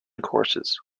courses